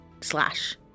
slash